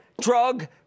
drug